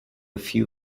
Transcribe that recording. few